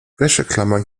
wäscheklammern